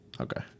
okay